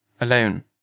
alone